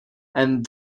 and